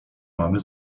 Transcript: mamy